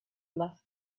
left